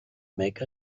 make